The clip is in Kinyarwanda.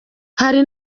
hari